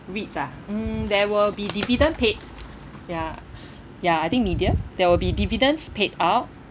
REITs ah mm there will be dividend paid ya ya I think medium there will be dividends paid out